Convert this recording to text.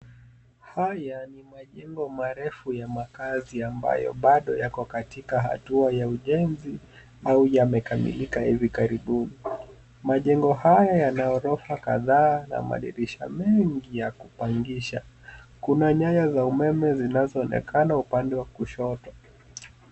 Haya ni majengo marefu ya makazi ambayo bado yako katika hatua ya ujenzi au yamekamilika hivi karibuni. Majengo haya yana ghorofa kadhaa na madirisha mengi yakupangisha. Kuna nyaya za umeme zinazoonekana upande wa kushoto.